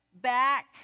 back